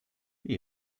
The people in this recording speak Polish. już